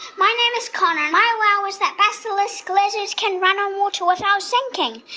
my name is connor. and my wow is that basilisk lizards can run on water without sinking.